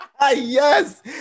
yes